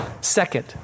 Second